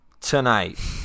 tonight